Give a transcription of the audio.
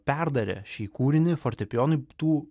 perdarė šį kūrinį fortepijonui tų